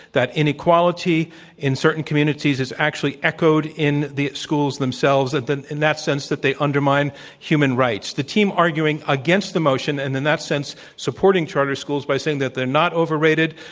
that inequality in certain communities is actually echoed in the schools themselves, that, in that sense, that they undermine human rights. the team arguing against the motion, and, in that sense supporting charter schools by saying that they're not overrated,